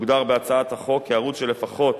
שהוגדר בהצעת החוק כערוץ שלפחות